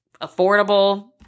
affordable